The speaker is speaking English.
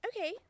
Okay